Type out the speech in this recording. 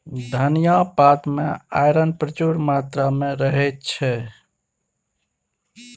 धनियाँ पात मे आइरन प्रचुर मात्रा मे रहय छै